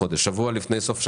שבוע לפני סוף שנה,